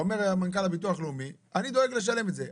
אומר מנכ"ל הביטוח הלאומי אני דואג לשלם את זה.